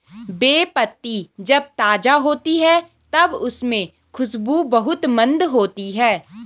बे पत्ती जब ताज़ा होती है तब उसमे खुशबू बहुत मंद होती है